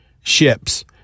ships